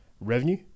revenue